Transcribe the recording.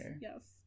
yes